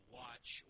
watch